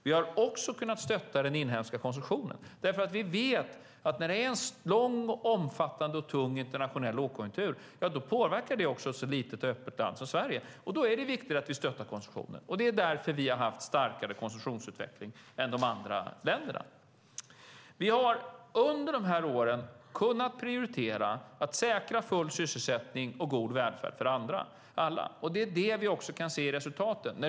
Vi har också kunnat stötta den inhemska konsumtionen, för vi vet att när det är en lång, omfattande och tung internationell lågkonjunktur påverkar det också ett litet och öppet land som Sverige. Då är det viktigt att vi stöttar konsumtionen, och det är därför vi har haft starkare konsumtionsutveckling än andra länder. Vi har under de här åren kunnat prioritera att säkra full sysselsättning och god välfärd för alla. Det är detta vi också kan se i resultaten.